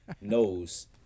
knows